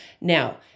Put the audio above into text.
Now